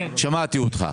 שמעתי אותך.